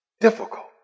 difficult